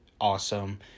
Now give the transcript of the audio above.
awesome